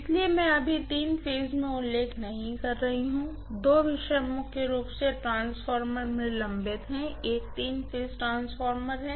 इसलिए मैं अभी तीन फेज में उल्लेख नहीं कर रही हूँ दो विषय मुख्य रूप से ट्रांसफार्मर में लंबित हैं एक तीन फेज ट्रांसफार्मर है